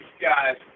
guys